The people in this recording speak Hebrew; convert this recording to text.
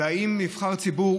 והאם נבחרי ציבור,